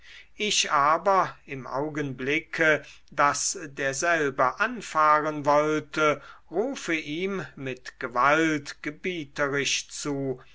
ich aber im augenblicke daß derselbe anfahren wollte rufe ihm mit gewalt gebieterisch zu